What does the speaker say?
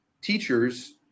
teachers